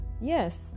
yes